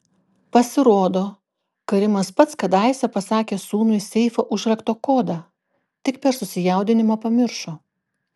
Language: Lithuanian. pasirodo karimas pats kadaise pasakė sūnui seifo užrakto kodą tik per susijaudinimą pamiršo